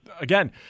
again